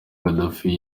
gaddafi